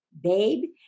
Babe